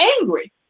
angry